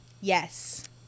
Yes